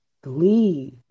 glee